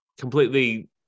completely